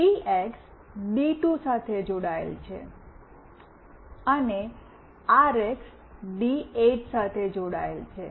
TX D two સાથે જોડાયેલ છે અને આરએક્સ ડી8 સાથે જોડાયેલ છે